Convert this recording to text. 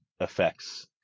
effects